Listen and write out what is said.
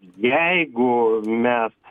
jeigu mes